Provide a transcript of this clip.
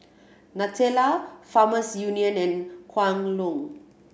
Nutella Farmers Union and Kwan Loong